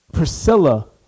Priscilla